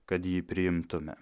kad jį priimtume